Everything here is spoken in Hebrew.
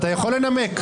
אתה יכול לנמק.